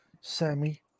Sammy